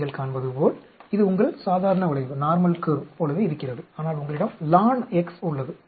நீங்கள் காண்பதுபோல் இது உங்கள் சாதாரண வளைவு போலவே இருகிறது ஆனால் உங்களிடம் லான் x உள்ளது